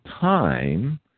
time